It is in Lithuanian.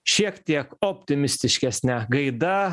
šiek tiek optimistiškesne gaida